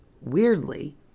Weirdly